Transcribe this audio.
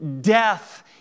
death